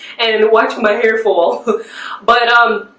and and watch my hair fall but um,